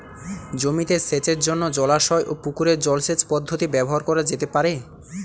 জমিতে সেচের জন্য জলাশয় ও পুকুরের জল সেচ পদ্ধতি ব্যবহার করা যেতে পারে?